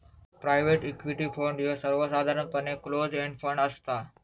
private equity fund ह्यो सर्वसाधारणपणे close end fund असता